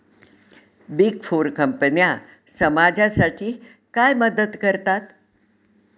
Big four कंपन्या समाजासाठी काय मदत करतात?